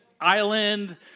island